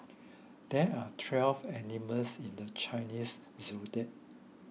there are twelve animals in the Chinese zodiac